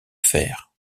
faire